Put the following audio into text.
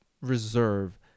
reserve